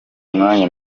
mwanya